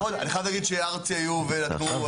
אני חייב להגיד שארצ"י היו ונתנו.